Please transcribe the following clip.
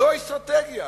זאת האסטרטגיה.